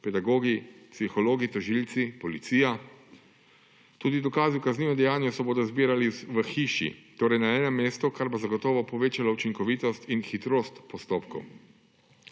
pedagogi, psihologi, tožilci, policija. Tudi dokazi o kaznivem dejanju se bodo zbirali v hiši, torej na enem mestu, kar bo zagotovo povečalo učinkovitost in hitrost postopkov.